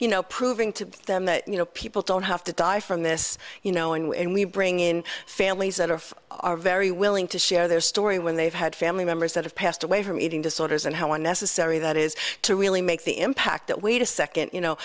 you know proving to them that you know people don't have to die from this you knowing when we bring in families that are are very willing to share their story when they've had family members that have passed away from eating disorders and how unnecessary that is to really make the impact that wait a second you know